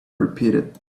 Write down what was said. repeated